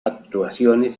actuaciones